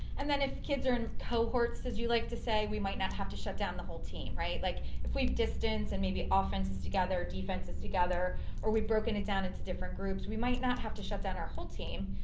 and then if kids are in cohorts as you like to say we might not have to shut down the whole team, right? like if we've distanced and maybe offenses together, defenses together or we've broken it down, into different groups, we might not have to shut down our whole team,